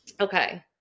Okay